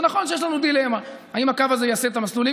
זה נכון שיש לנו דילמה: האם הקו הזה יעשה את המסלול עם